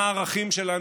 מה הערכים שלנו.